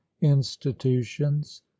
institutions